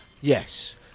Yes